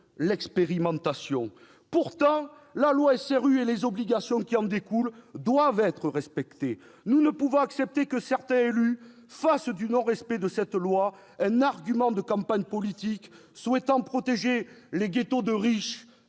« expérimentation ». Pourtant, la loi SRU et les obligations qui en découlent doivent être respectées. Nous ne pouvons accepter que certains élus fassent du non-respect de cette loi un argument de campagne politique, souhaitant protéger les ghettos de riches